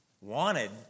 wanted